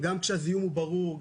גם כשהזיהום הוא ברור,